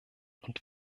und